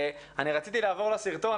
אני רציתי לעבור לסרטון,